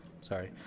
sorry